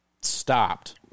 stopped